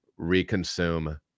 reconsume